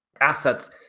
assets